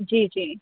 جی جی